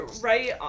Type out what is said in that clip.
right